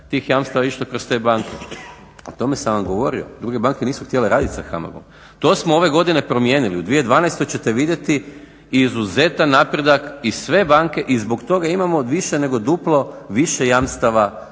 tih jamstava išla kroz te banke. O tome sam vam govorio. Druge banke nisu htjele radit sa HAMAG-om. To smo ove godine promijenili. U 2012. ćete vidjeti i izuzetan napredak i sve banke i zbog toga imamo više nego duplo više jamstava